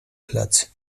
platz